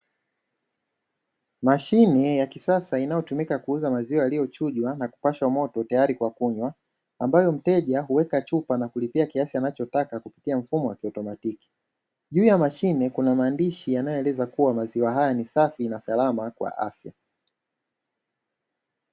Mashine ya kisasa inayotumika kuuza maziwa yaliyochujwa na kupashwa moto tayari kwa kunywa, ambayo mteja huweka chupa na kulipia kiasi anachotaka kupitia mfumo wa kiautomatiki, juu ya mashine kuna maandishi yanayoeleza kuwa maziwa haya ni safi na salama kwa afya.